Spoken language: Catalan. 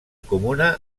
comuna